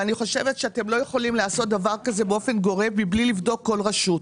אני חושבת שאתם לא יכולים לעשות דבר הזה באופן גורף מבלי לבדוק כל רשות.